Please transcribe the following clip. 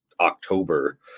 october